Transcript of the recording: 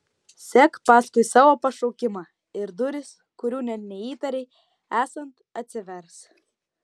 sek paskui savo pašaukimą ir durys kurių net neįtarei esant atsivers